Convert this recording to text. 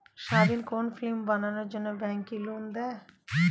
স্বাধীন কোনো ফিল্ম বানানোর জন্য ব্যাঙ্ক কি লোন দেয়?